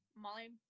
Molly